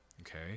okay